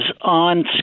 on